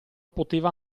poteva